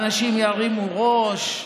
אנשים ירימו ראש,